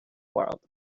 world